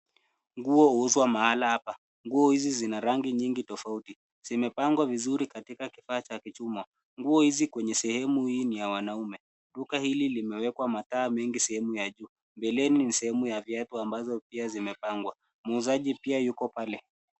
Nguo huuzwa mahali hapa. Nguo hizi zina rangi nyingi tofauti. Zimepangwa vizuri katika kifaa cha kichuma. Nguo hizi kwenye sehemu hii ni ya wanaume. Duka hili limewekwa mataa mengi sehemu ya juu. Mbeleni ni sehemu ya viatu ambavyo pia vimepangwa. Muuzaji pia yuko pale.